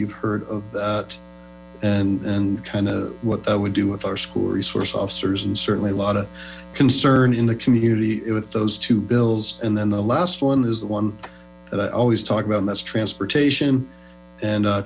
you've heard of that and kind of what i would do with our school resource officers and certainly a lot of concern in the community with those two bills and then the last one is the one that i always talk about and that's transportation and